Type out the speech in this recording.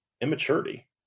immaturity